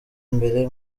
mbere